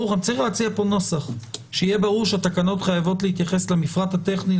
צריך להציע פה נוסח שיהיה ברור שהתקנות חייבות להתייחס למפרט הטכני,